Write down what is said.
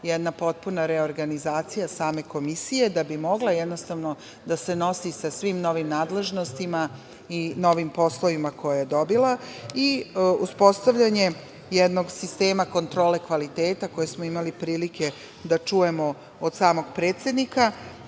jedna potpuna reorganizacija same Komisije da bi mogla da se nosi sa svim novim nadležnostima i novim poslovima koje je dobila i uspostavljanje jednog sistema kontrole kvaliteta koji smo imali prilike da čujemo od samog predsednika. Ono